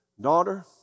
daughter